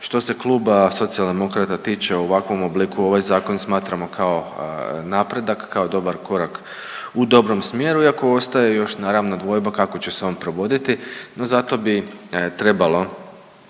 Što se Kluba Socijaldemokrata tiče u ovakvom obliku ovaj zakon smatramo kao napredak, kao dobar korak u dobrom smjeru iako ostaje još naravno dvojba kako će se on provoditi. No, za to bi trebalo